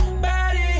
body